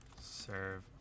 Serve